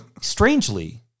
Strangely